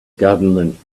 government